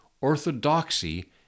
orthodoxy